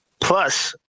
Plus